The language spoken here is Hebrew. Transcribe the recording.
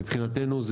מבחינתנו,